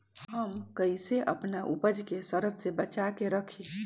हम कईसे अपना उपज के सरद से बचा के रखी?